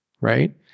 right